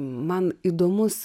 man įdomus